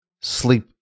sleep